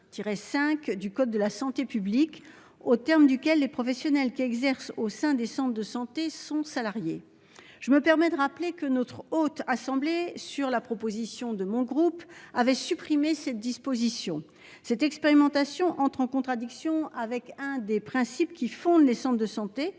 5 du code de la santé publique au terme duquel les professionnels qu'exerce au sein des centres de santé sont salariés. Je me permets de rappeler que notre haute assemblée sur la proposition de mon groupe avait supprimé cette disposition cette expérimentation entre en contradiction avec un des principes qui fondent naissante de santé